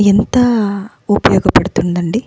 ఎంత ఉపయోగపడుతుందండి